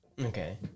Okay